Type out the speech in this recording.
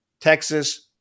Texas